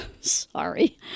Sorry